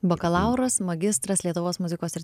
bakalauras magistras lietuvos muzikos ir